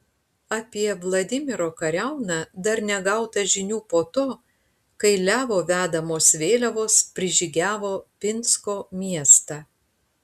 apie vladimiro kariauną dar negauta žinių po to kai levo vedamos vėliavos prižygiavo pinsko miestą